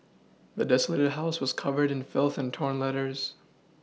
the desolated house was covered in filth and torn letters